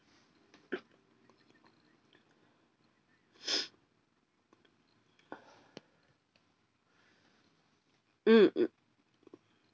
mm mm